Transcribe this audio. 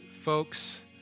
folks